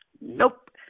Nope